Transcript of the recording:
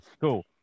Cool